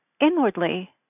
inwardly